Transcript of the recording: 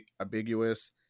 ambiguous